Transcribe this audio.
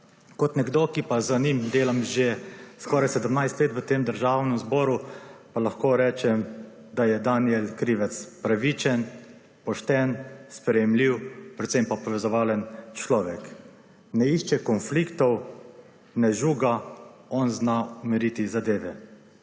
Kot nekdo, ki pa z njim delam že skoraj 17 let v tem Državnem zboru, pa lahko rečem, da je Danijel Krivec pravičen, pošten, sprejemljiv, predvsem pa povezovalen človek. Ne išče konfliktov, ne žuga, on zna umiriti zadeve.